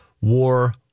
War